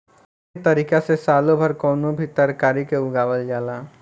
एह तारिका से सालो भर कवनो भी तरकारी के उगावल जाला